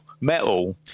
metal